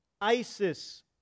Isis